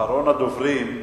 אחרון הדוברים,